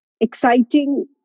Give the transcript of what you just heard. exciting